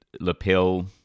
lapel